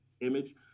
image